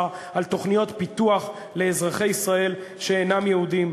היא לא פסחה על תוכניות פיתוח לאזרחי ישראל שאינם יהודים.